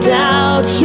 doubt